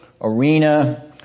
arena